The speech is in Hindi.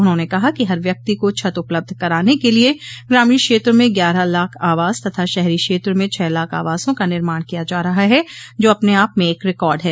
उन्होंने कहा कि हर व्यक्ति को छत उपलब्ध कराने के लिए ग्रामीण क्षेत्र में ग्यारह लाख आवास तथा शहरी क्षेत्र में छह लाख आवासों का निर्माण किया जा रहा है जो अपने आप में एक रिकार्ड है